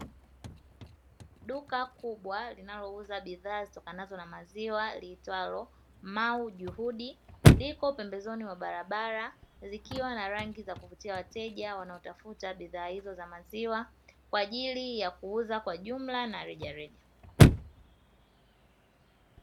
Duka kubwa linalouza bidhaa zitokanazo ma maziwa, liitwalo "Mahu juhudi", liko pembezoni mwa barabara, likiwa na rangi za kuvutia wateja wanaotafuta bidhaa hizo za maziwa, kwa ajili ya kuuza kwa jumla na rejareja.